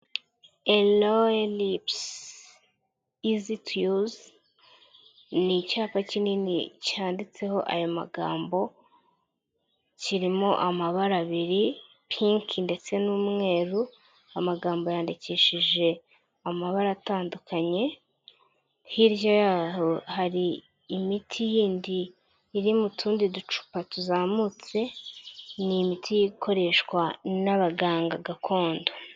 Aloe Lips Easy to use, ni icyapa kinini cyanditseho ayo magambo, kirimo amabara abiri, pinki ndetse n'umweru, amagambo yandikishije amabara atandukanye, hirya yaho hari imiti yindi iri mu tundi ducupa tuzamutse, ni imiti ikoreshwa n'abaganga gakondo.